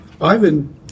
Ivan